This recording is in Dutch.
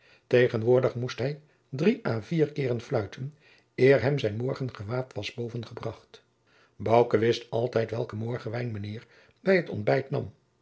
tegenwoordig moest hij drie a vier keeren fluiten eer hem zijn morgengewaad was bovengebracht bouke wist altijd welken morgenwijn mijnheer bij het ontbijt